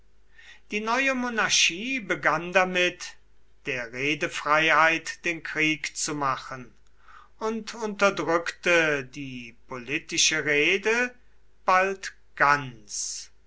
die neue monarchie begann damit der redefreiheit den krieg zu machen und unterdrückte die politische rede bald ganz